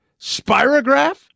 Spirograph